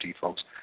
folks